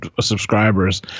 subscribers